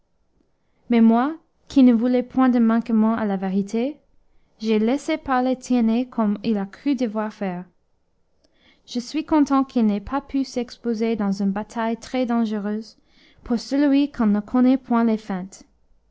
mais moi qui ne voulais point de manquement à la vérité j'ai laissé parler tiennet comme il a cru devoir faire je suis content qu'il n'ait pas pu s'exposer dans une bataille très dangereuse pour celui qui n'en connaît point les feintes